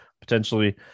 potentially